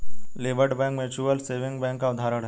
liberty Bank mutual saving bank का उदाहरण है